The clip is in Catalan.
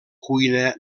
cuina